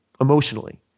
emotionally